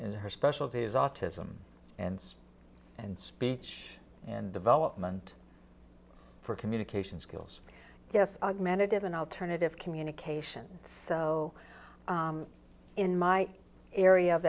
as her specialty is autism and and speech and development for communication skills yes augmentative and alternative communication so in my area of